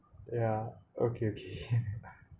ya okay okay